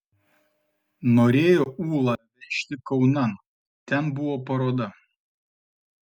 norėjo ūlą vežti kaunan ten buvo paroda